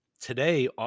Today